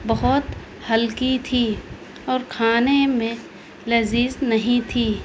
بہت ہلکی تھی اور کھانے میں لذیذ نہیں تھی